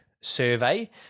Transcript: survey